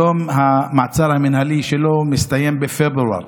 המעצר המינהלי שלו מסתיים בפברואר.